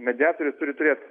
mediatoriai turi turėt